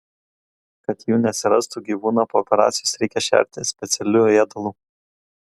kad jų neatsirastų gyvūną po operacijos reikia šerti specialiu ėdalu